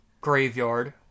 graveyard